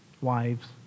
Wives